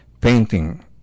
painting